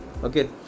Okay